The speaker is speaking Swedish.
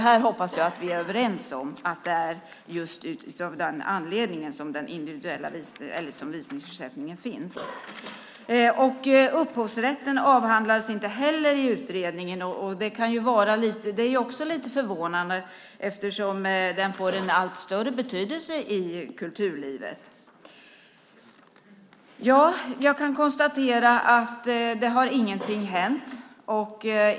Jag hoppas att vi är överens om att det är just utifrån den anledningen som visningsersättningen finns. Upphovsrätten avhandlas inte heller i utredningen, och det är också lite förvånande eftersom den får en allt större betydelse i kulturlivet. Jag kan konstatera att det inte har hänt något.